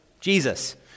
Jesus